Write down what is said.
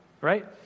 right